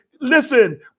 Listen